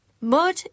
Mud